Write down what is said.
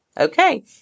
Okay